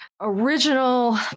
original